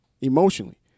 emotionally